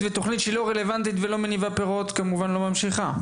שלא רלוונטית ולא מניבה פירות כמובן לא ממשיכה.